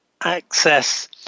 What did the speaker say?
access